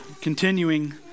Continuing